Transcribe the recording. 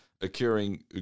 occurring